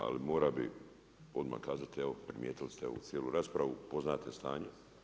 Ali morao bi odmah kazati, evo primijetili ste ovu cijelu raspravu, poznate stanje.